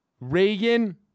Reagan